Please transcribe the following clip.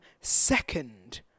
second